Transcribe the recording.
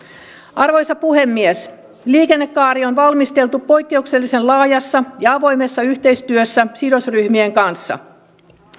arvoisa puhemies liikennekaari on valmisteltu poikkeuksellisen laajassa ja avoimessa yhteistyössä sidosryhmien kanssa